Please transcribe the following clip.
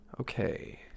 Okay